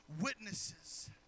witnesses